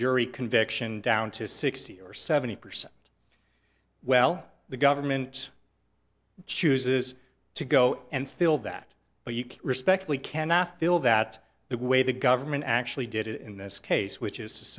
jury conviction down to sixty or seventy percent well the government chooses to go and fill that but you can respectfully cannot feel that the way the government actually did in this case which is to